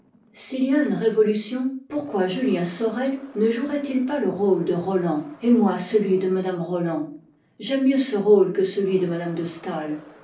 s'il y a une révolution pourquoi julien sorel ne jouerait-il pas le rôle de roland et moi celui de mme roland j'aime mieux ce rôle que celui de mme de staël